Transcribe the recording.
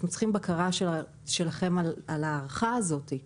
צריכים בקרה שלכם על ההארכה הזאת.